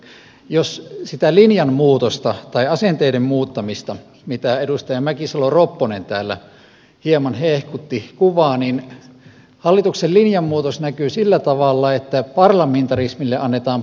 jos sitä linjanmuutosta tai asenteiden muuttamista mitä edustaja mäkisalo ropponen täällä hieman hehkutti kuvaa niin hallituksen linjanmuutos näkyy sillä tavalla että parlamentarismille annetaan piut paut